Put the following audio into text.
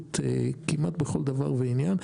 ובקיאות כמעט בכל דבר ועניין,